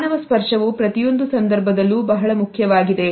ಮಾನವ ಸ್ಪರ್ಶವು ಪ್ರತಿಯೊಂದು ಸಂದರ್ಭದಲ್ಲೂ ಬಹಳ ಮುಖ್ಯವಾಗಿದೆ